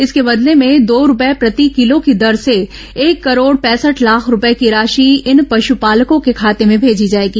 इसके बदले में दो रूपये प्रति किलो की दर से एक करोड़ पैंसठ लाख रूपये की राशि इन पश्पालकों के खाते में भेजी जाएगी